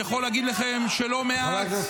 תגנה אותם.